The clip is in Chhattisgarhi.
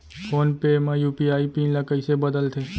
फोन पे म यू.पी.आई पिन ल कइसे बदलथे?